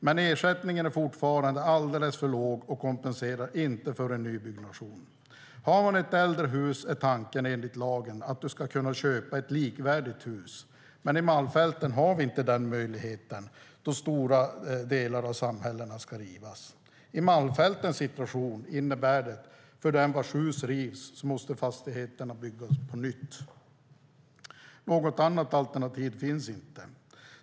Men ersättningen är fortfarande alldeles för låg och kompenserar inte för en nybyggnation. Har man ett äldre hus är tanken enligt lagen att man ska kunna köpa ett likvärdigt hus, men i Malmfälten har vi inte den möjligheten då stora delar av samhällena ska rivas. I Malmfältens situation innebär det för dem vars hus rivs att fastigheterna måste byggas på nytt. Något annat alternativ finns inte.